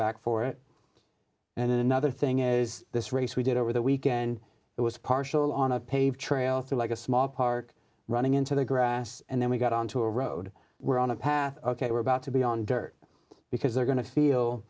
back for it and another thing is this race we did over the weekend it was partial on a paved trail through like a small park running into the grass and then we got onto a road we're on a path ok we're about to be on dirt because they're going to feel